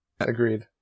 Agreed